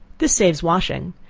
this saves washing,